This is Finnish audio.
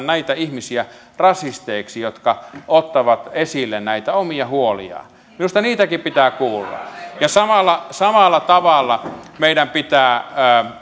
näitä ihmisiä jotka ottavat esille näitä omia huoliaan minusta niitäkin pitää kuulla samalla samalla tavalla meidän pitää